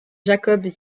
jacob